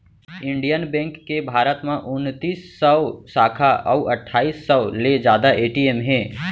Indian bank के भारत म उनतीस सव साखा अउ अट्ठाईस सव ले जादा ए.टी.एम हे